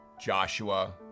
Joshua